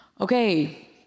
Okay